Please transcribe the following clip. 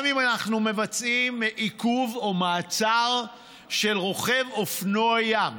גם אם אנחנו מבצעים עיכוב או מעצר של רוכב אופנוע ים